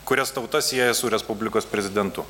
kurias tauta sieja su respublikos prezidentu